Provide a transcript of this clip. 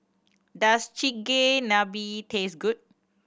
does Chigenabe taste good